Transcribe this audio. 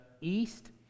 east